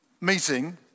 meeting